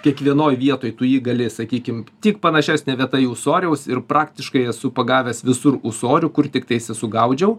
kiekvienoj vietoj tu jį gali sakykim tik panašesnė vieta į ūsoriaus ir praktiškai esu pagavęs visur ūsorių kur tiktais esu gaudžiau